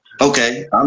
Okay